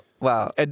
Wow